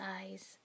eyes